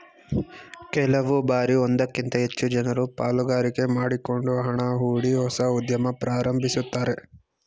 ಕೆಲವು ಬಾರಿ ಒಂದಕ್ಕಿಂತ ಹೆಚ್ಚು ಜನರು ಪಾಲುಗಾರಿಕೆ ಮಾಡಿಕೊಂಡು ಹಣ ಹೂಡಿ ಹೊಸ ಉದ್ಯಮ ಪ್ರಾರಂಭಿಸುತ್ತಾರೆ